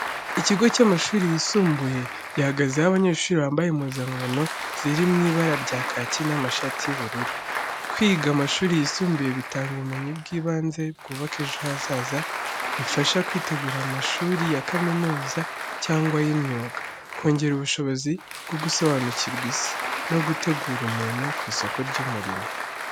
Ikigo cy'amashuri yisumbuye, gihagazeho abanyeshuri bambaye impuzankano ziri mu ibara rya kaki n'amashati y'ubururu. Kwiga amashuri yisumbuye bitanga ubumenyi bw’ibanze bwubaka ejo hazaza, bifasha kwitegura amashuri ya kaminuza cyangwa ay'imyuga, kongera ubushobozi bwo gusobanukirwa isi, no gutegura umuntu ku isoko ry’umurimo.